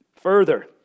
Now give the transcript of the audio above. Further